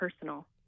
personal